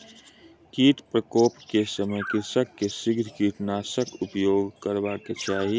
कीट प्रकोप के समय कृषक के शीघ्र कीटनाशकक उपयोग करबाक चाही